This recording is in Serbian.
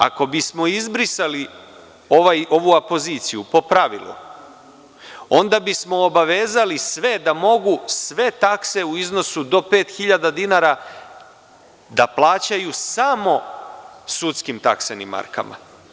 Ako bismo izbrisali ovu apoziciju, po pravilu onda bismo obavezali sve da mogu sve takse u iznosu do pet hiljada dinara da plaćaju samo sudskim taksenim markama.